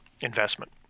investment